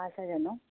পায় চাগে ন